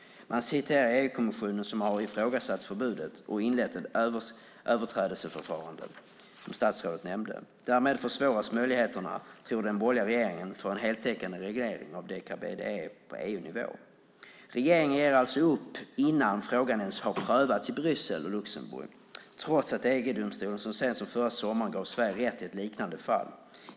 Man citerar EU-kommissionen som har ifrågasatt förbudet och inlett ett överträdelseförfarande, som statsrådet nämnde. Därmed försvåras, tror den borgerliga regeringen, möjligheterna till en heltäckande reglering av deka-BDE på EU-nivå. Regeringen ger alltså upp innan frågan ens har prövats i Bryssel och Luxemburg trots att EG-domstolen så sent som förra sommaren gav Sverige rätt i ett liknande fall.